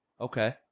Okay